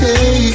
Hey